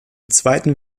zweiten